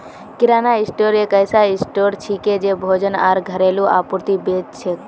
किराना store एक ऐसा store छिके जे भोजन आर घरेलू आपूर्ति बेच छेक